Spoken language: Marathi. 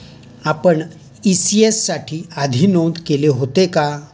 आपण इ.सी.एस साठी आधी नोंद केले होते का?